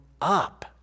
up